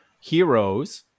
heroes